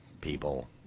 people